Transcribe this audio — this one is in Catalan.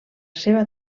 seva